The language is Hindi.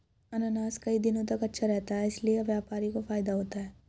अनानास कई दिनों तक अच्छा रहता है इसीलिए व्यापारी को फायदा होता है